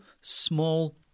small